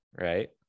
right